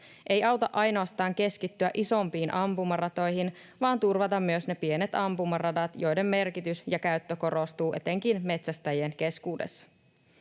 Ei auta ainoastaan keskittyä isompiin ampumaratoihin vaan turvata myös ne pienet ampumaradat, joiden merkitys ja käyttö korostuvat etenkin metsästäjien keskuudessa.